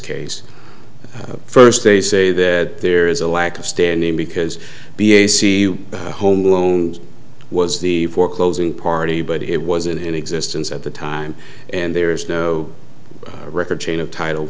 case first they say that there is a lack of standing because b a c home loan was the foreclosing party but it wasn't in existence at the time and there is no record chain of title